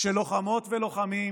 כשלוחמות ולוחמים